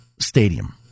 stadium